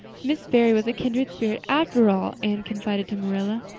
miss barry was a kindred spirit, after all, anne confided to marilla.